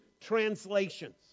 translations